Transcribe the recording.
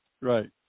Right